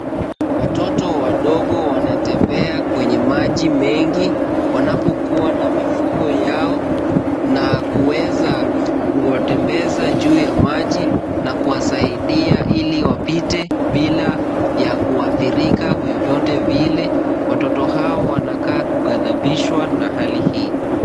Watoto wadogo wanatembea kwenye maji mengi, wanapokuwa na mifugo yao na kuweza kuwatembeza juu ya maji na kuwasaidia ili wapite bila ya kuathirika vyovyote vile. Watoto hawa wanakaa kugadhabishwa na hali hii.